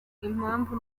impamvu